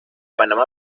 panamá